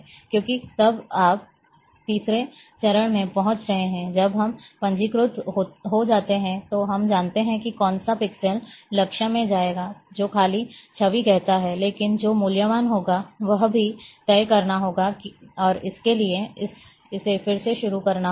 क्योंकि तब अब आप तीसरे चरण में पहुंच रहे हैं जब हम पंजीकृत हो जाते हैं तो हम जानते हैं कि कौन सा पिक्सेल लक्ष्य में जाएगा जो खाली छवि कहता है लेकिन जो मूल्यवान होगा वह भी तय करना होगा और इसके लिए इसे फिर से शुरू करना होगा